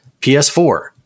PS4